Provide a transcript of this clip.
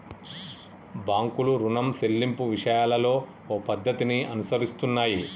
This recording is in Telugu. బాంకులు రుణం సెల్లింపు విషయాలలో ఓ పద్ధతిని అనుసరిస్తున్నాయి